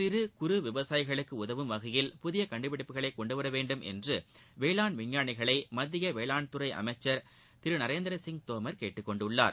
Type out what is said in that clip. சிறு குறு விவசாயிகளுக்கு உதவும் வகையில் புதிய கண்டுபிடிப்புகளை கொண்டுவர வேண்டும் என்று வேளாண் விஞ்ஞானிகளை மத்திய வேளாண்துறை அமைச்சர் திரு நரேந்திர சிங் தோமர் கேட்டுக்கொண்டுள்ளார்